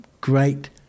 great